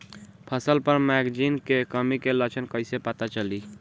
फसल पर मैगनीज के कमी के लक्षण कईसे पता चली?